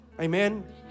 Amen